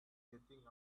jetting